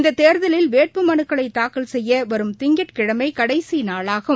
இந்ததேர்தலில் வேட்புமனுக்களைதாக்கல் செய்யவரும் திங்கட்கிழமைகடைசிநாளாகும்